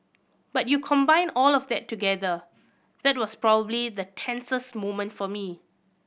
but you combine all of that together that was probably the tensest moment for me